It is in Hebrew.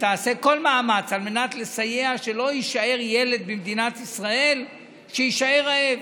שתעשה כל מאמץ לסייע שלא יהיה ילד במדינת ישראל שיישאר רעב,